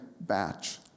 batch